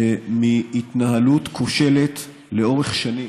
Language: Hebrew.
מהתנהלות כושלת לאורך שנים,